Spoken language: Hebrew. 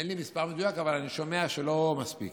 אין לי מספר מדויק, אבל אני שומע שלא מספיק.